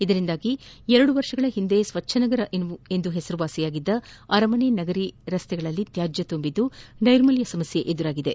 ಇದರಿಂದಾಗಿ ಎರಡು ವರ್ಷಗಳ ಹಿಂದೆ ಸ್ವಚ್ದ ನಗರ ಎಂಬ ಪೆಸರುವಾಸಿಯಾಗಿದ್ದ ಅರಮನೆ ನಗರಿಯ ರಸ್ತೆಗಳಲ್ಲಿ ತ್ಯಾಜ್ನ ತುಂಬಿದ್ದು ನೈರ್ಮಲ್ಯ ಸಮಸ್ನೆ ಎದುರಾಗಿದೆ